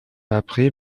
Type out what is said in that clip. après